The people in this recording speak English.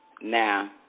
Now